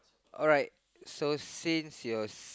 alright so since your